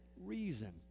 reason